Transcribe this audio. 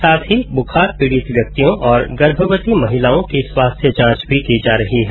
साथ ही बुखार पीड़ित व्यक्तियों और गर्भवती महिलाओं की स्वास्थ्य जांच भी की जा रही है